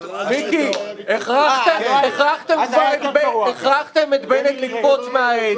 מיקי, הכרחתם כבר את בנט לקפוץ מהעץ.